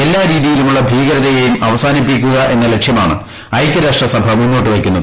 എല്ലാ രീതിയിലുമുള്ള ഭീകരത്തെയും അവസാനിപ്പിക്കുക എന്ന ലക്ഷ്യമാണ് ഐക്യരാഷ്ട്രസഭ മുന്നോട്ട് വയ്ക്കുന്നത്